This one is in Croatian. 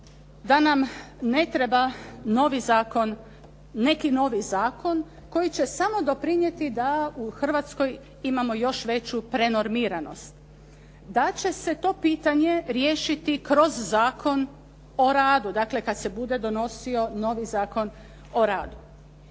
da nam ne treba neki novi zakon koji će samo doprinijeti da u Hrvatskoj imamo još veću prenormiranost, da će se to pitanje riješiti kroz Zakon radu, dakle kad se bude donosio novi Zakon o radu.